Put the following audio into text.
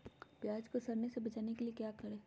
प्याज को सड़ने से बचाने के लिए क्या करें?